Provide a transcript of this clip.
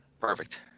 Perfect